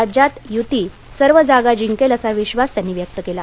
राज्यात यूती सर्व जागा जिंकेल असा विश्वास त्यांनी व्यक्त केला